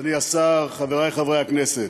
אדוני השר, חברי חברי הכנסת,